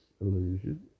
illusion